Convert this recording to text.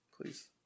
please